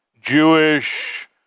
Jewish